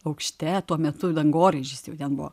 aukšte tuo metu dangoraižis jau buvo